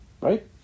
right